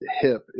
hip